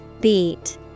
Beat